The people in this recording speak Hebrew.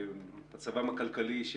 מצבם הכלכלי,